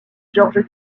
georges